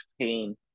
pain